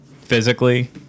physically